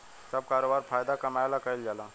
सब करोबार फायदा कमाए ला कईल जाल